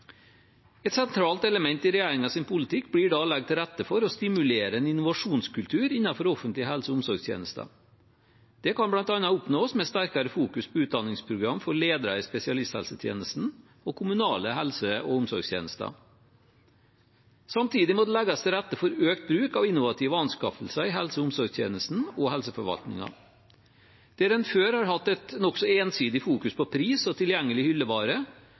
Et sentralt element i regjeringens politikk blir da å legge til rette for å stimulere en innovasjonskultur innenfor offentlige helse- og omsorgstjenester. Det kan bl.a. oppnås med sterkere fokus på utdanningsprogrammer for ledere i spesialisthelsetjenesten og kommunale helse- og omsorgstjenester. Samtidig må det legges til rette for økt bruk av innovative anskaffelser i helse- og omsorgstjenesten og helseforvaltningen. Der en før har hatt et nokså ensidig fokus på pris og tilgjengelig hyllevare,